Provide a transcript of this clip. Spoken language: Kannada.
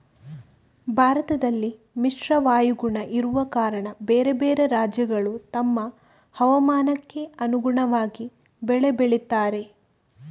ಭಾರತದಲ್ಲಿ ಮಿಶ್ರ ವಾಯುಗುಣ ಇರುವ ಕಾರಣ ಬೇರೆ ಬೇರೆ ರಾಜ್ಯಗಳು ತಮ್ಮ ಹವಾಮಾನಕ್ಕೆ ಅನುಗುಣವಾಗಿ ಬೆಳೆ ಬೆಳೀತಾರೆ